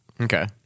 Okay